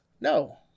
No